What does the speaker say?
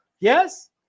Yes